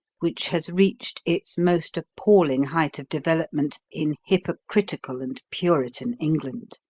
which has reached its most appalling height of development in hypocritical and puritan england.